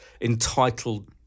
entitled